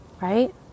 right